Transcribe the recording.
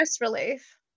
relief